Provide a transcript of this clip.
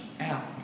out